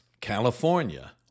California